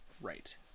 Right